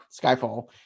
Skyfall